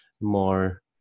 more